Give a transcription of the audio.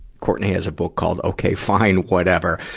courtenay has a book called, okay fine whatever.